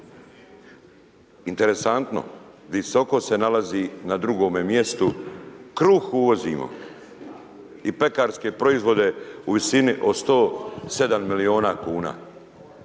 interesantno, visoko se nalazi na 2 mjestu, kruh uvozimo i pekarske proizvode u visini od 107 milijuna kuna.